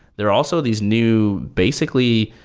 there are also these new, basically,